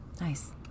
Nice